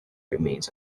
remains